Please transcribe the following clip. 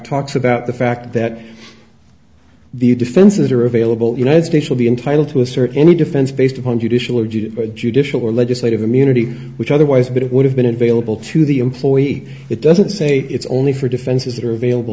talks about the fact that the defenses are available united states will be entitled to assert any defense based upon judicial or judicial or legislative immunity which otherwise but it would have been bailable to the employee it doesn't say it's only for defenses that are available